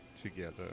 together